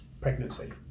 pregnancy